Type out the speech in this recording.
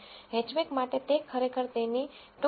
hatchback માટે તે ખરેખર તેની 2